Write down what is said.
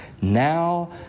now